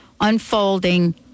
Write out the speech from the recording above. unfolding